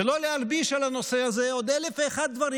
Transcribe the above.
ולא להלביש על הנושא הזה עוד אלף ואחד דברים,